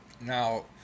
Now